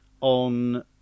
on